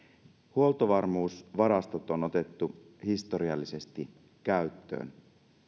huoltovarmuusvarastot on otettu historiallisesti käyttöön